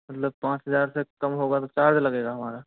मतलब पांच हज़ार से कम होगा तो चार्ज लगेगा हमारा